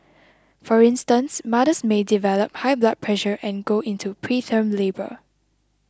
for instance mothers may develop high blood pressure and go into preterm labour